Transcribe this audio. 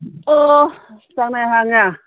ꯑꯣ ꯆꯥꯡ ꯅꯥꯏꯅ ꯍꯥꯡꯉꯦ